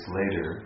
later